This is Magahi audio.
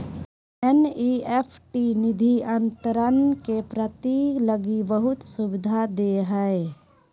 एन.ई.एफ.टी निधि अंतरण के प्राप्ति लगी बहुत सुविधा दे हइ